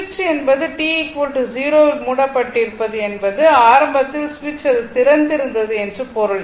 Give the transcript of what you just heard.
சுவிட்ச் என்பது t 0 இல் மூடப்பட்டிருப்பது என்பது ஆரம்பத்தில் சுவிட்ச் அது திறந்திருந்தது என்று பொருள்